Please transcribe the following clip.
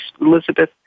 Elizabeth